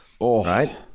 Right